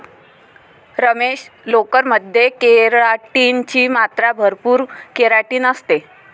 रमेश, लोकर मध्ये केराटिन ची मात्रा भरपूर केराटिन असते